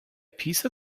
piece